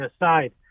aside